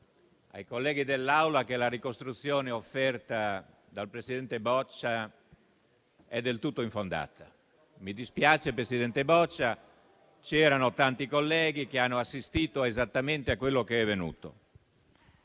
ai colleghi dell'Assemblea che la ricostruzione offerta dal presidente Boccia è del tutto infondata. Mi dispiace, presidente Boccia, ma c'erano tanti colleghi che hanno assistito esattamente a quello che è avvenuto.